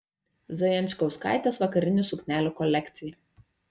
zajančkauskaitės vakarinių suknelių kolekcija